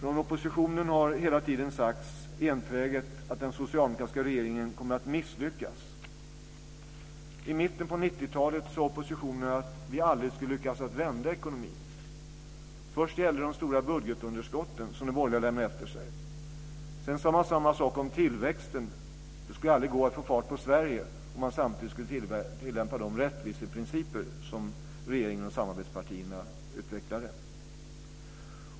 Från oppositionen har hela tiden enträget sagts att den socialdemokratiska regeringen kommer att misslyckas. I mitten av 90-talet sade oppositionen att vi aldrig skulle lyckas vända ekonomin. Först gällde det de höga budgetunderskott som de borgerliga lämnade efter sig. Sedan sade man samma sak om tillväxten. Det skulle aldrig gå att få fart på Sverige om man samtidigt skulle tillämpa de rättviseprinciper som regeringen och samarbetspartierna utvecklade.